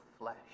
flesh